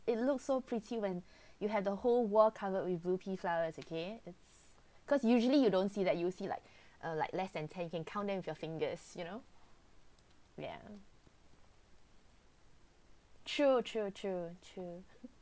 it looks so pretty when you have the whole world covered with blue pea flower okay it's because usually you don't see that you will see like err like less than ten you can count them with your fingers you know ya true true true true